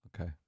Okay